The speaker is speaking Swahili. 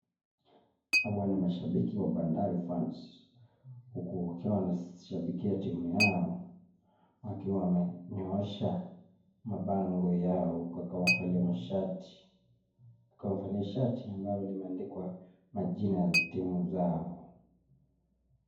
Hawa ni mashabiki wa Bandari fans huku wakiwa wanashabikia timu yao wakiwa wamenyoosha mabango yao wakifanya mashati wakifanya shati ambalo limeandikwa majina ya timu zao.